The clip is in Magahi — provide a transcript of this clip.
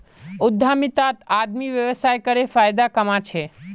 उद्यमितात आदमी व्यवसाय करे फायदा कमा छे